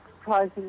surprising